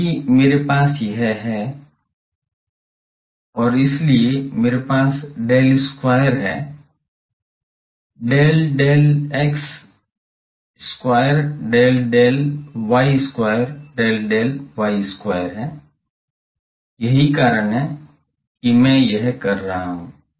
क्योंकि मेरे पास यह है और यह है इसलिए मेरे पास del square है del del x square del del y square del del y square है यही कारण है कि मैं यह कर रहा हूं